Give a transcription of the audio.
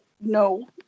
no